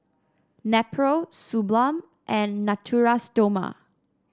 Nepro Suu Balm and Natura Stoma